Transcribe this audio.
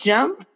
Jump